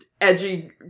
edgy